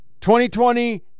2020